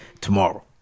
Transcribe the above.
tomorrow